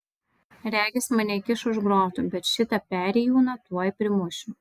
regis mane įkiš už grotų bet šitą perėjūną tuoj primušiu